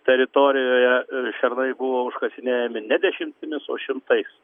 teritorijoje šernai buvo užkasinėjami ne dešimtimis o šimtais